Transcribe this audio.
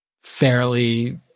fairly